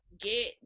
get